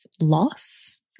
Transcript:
loss